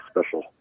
special